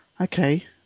Okay